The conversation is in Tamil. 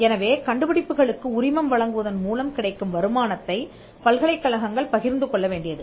எனவே கண்டுபிடிப்புகளுக்கு உரிமம் வழங்குவதன் மூலம் கிடைக்கும் வருமானத்தைப் பல்கலைக்கழகங்கள் பகிர்ந்து கொள்ள வேண்டியது